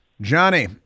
Johnny